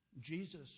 Jesus